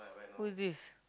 who's this